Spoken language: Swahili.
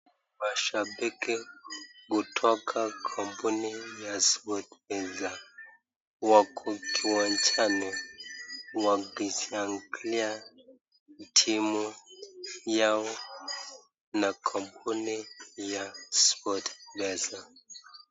Mashabiki kutoka kampuni ya Sportpesa wako kiwanjani wakishangilia timu yao na kampuni ya Sportpesa.